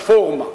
הרפורמה.